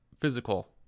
physical